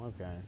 okay